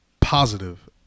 positive